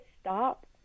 stop